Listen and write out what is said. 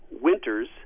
winters